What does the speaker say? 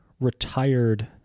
retired